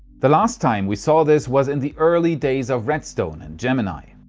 the last time we saw this was in the early days of redstone and gemini.